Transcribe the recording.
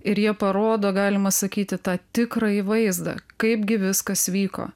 ir jie parodo galima sakyti tą tikrąjį vaizdą kaip gi viskas vyko